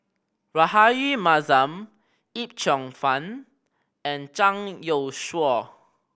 Rahayu Mahzam Yip Cheong Fun and Zhang Youshuo